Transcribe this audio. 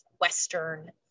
Western